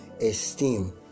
esteem